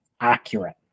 accurate